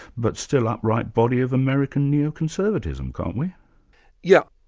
but still upright body of american neoconservatism, can't we? yeah